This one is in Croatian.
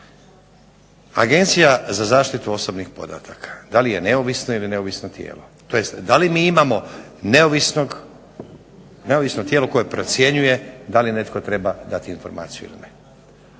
Agencija za zaštitu osobnih podataka, da li je neovisna ili neovisno tijelo? Da li mi imamo neovisno tijelo koje procjenjuje da li netko treba dati informaciju ili ne?